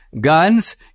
guns